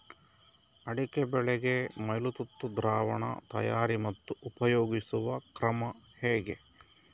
ಅಡಿಕೆ ಬೆಳೆಗೆ ಮೈಲುತುತ್ತು ದ್ರಾವಣ ತಯಾರಿ ಮತ್ತು ಉಪಯೋಗಿಸುವ ಕ್ರಮ ಹೇಗೆ?